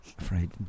afraid